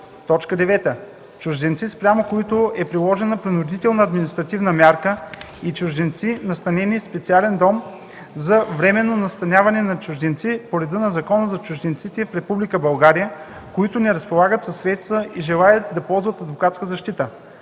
9. чужденци, спрямо които е приложена принудителна административна мярка, и чужденци, настанени в специален дом за временно настаняване на чужденци по реда на Закона за чужденците в Република България, които не разполагат със средства и желаят да ползват адвокатска защита.